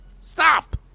Stop